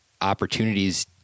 opportunities